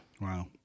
Wow